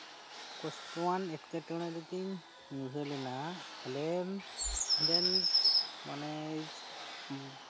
ᱠᱚᱥᱴᱚᱣᱟᱱ ᱮᱴᱠᱮᱴᱚᱬᱮ ᱨᱮᱜᱤᱧ ᱧᱩᱨᱦᱟᱹᱞᱮᱱᱟ ᱟᱞᱮ ᱨᱮᱱ ᱢᱟᱱᱮ